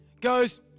goes